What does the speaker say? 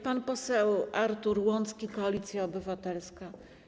Pan poseł Artur Łącki, Koalicja Obywatelska.